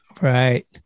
Right